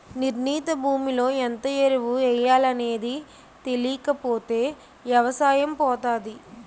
నిర్ణీత భూమిలో ఎంత ఎరువు ఎయ్యాలనేది తెలీకపోతే ఎవసాయం పోతాది